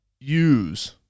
use